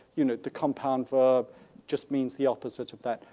you know, the compound verb just means the opposite of that,